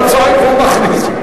אתה צועק והוא מכריז.